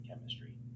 chemistry